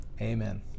Amen